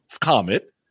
Comet